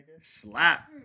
Slap